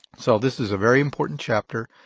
so this is a very important chapter,